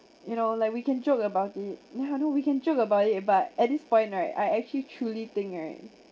you know like we can joke about it yeah I know we can joke about it but at this point right I actually truly think right